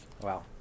Wow